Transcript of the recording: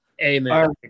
Amen